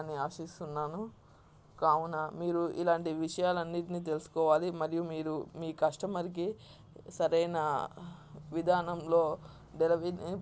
అని ఆశిస్తున్నాను కావున మీరు ఇలాంటి విషయాలన్నిటిని తెలుసుకోవాలి మరియు మీరు మీ కస్టమర్కి సరైన విధానంలో ధరవిని